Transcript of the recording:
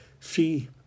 See